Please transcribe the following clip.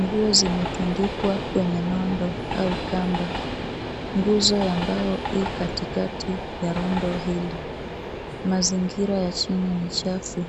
nguo zimetundikwa kwenye nondo au kamba. Nguzo ya mbao i katikati ya rundo hili. Mazingira ya chini ni chafu.